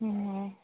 ହୁଁ ହୁଁ